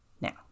Now